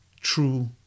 true